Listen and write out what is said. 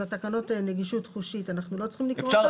את התקנות לנגישות חושית אנחנו לא צריכים לקרוא.